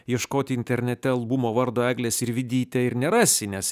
ieškoti internete albumo vardo eglė sirvydytė ir nerasi nes